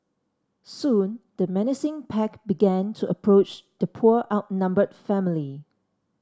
soon the menacing pack began to approach the poor outnumbered family